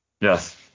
Yes